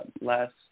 last